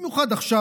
במיוחד עכשיו,